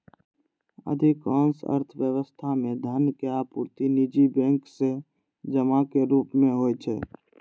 अधिकांश अर्थव्यवस्था मे धनक आपूर्ति निजी बैंक सं जमा के रूप मे होइ छै